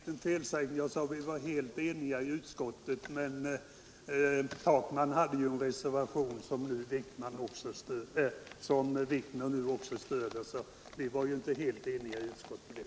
Herr talman! Låt mig bara rätta en liten felsägning. Jag sade att vi var helt eniga i utskottet, men herr Takman har avgivit en reservation som nu också herr Wikner ställer sig bakom. Vi var alltså inte helt eniga i utskottet.